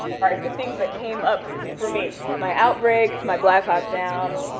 sort of the things that came up for me, my outbreak, my black hawk down,